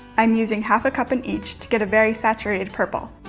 i'm using half a cup and each to get a very saturated purple